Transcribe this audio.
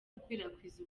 gukwirakwiza